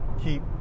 keep